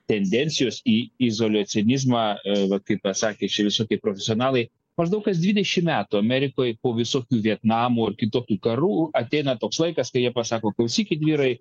tendencijos į izoliacionizmą vat kaip pasakė čia visokie profesionalai maždaug kas dvidešimt metų amerikoj po visų vietnamo kitokių karų ateina toks laikas tai jie pasako klausykit vyrai